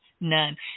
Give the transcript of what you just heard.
none